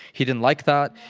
he didn't like that,